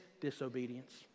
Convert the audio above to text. disobedience